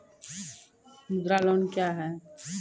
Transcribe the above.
मुद्रा लोन क्या हैं?